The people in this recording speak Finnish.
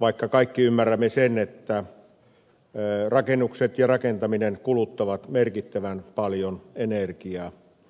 vaikka kaikki ymmärrämme sen että rakennukset ja rakentaminen kuluttavat merkittävän paljon energiaa